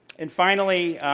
and finally,